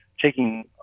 taking